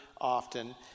often